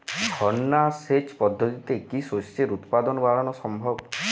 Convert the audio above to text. ঝর্না সেচ পদ্ধতিতে কি শস্যের উৎপাদন বাড়ানো সম্ভব?